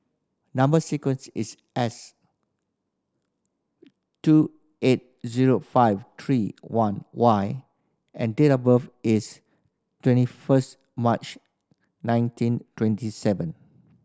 number sequence is S two eight zero five three one Y and date of birth is twenty first March nineteen twenty seven